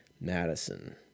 Madison